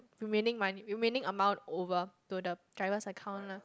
remaining money remaining amount over to the driver's account lah